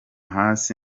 hasi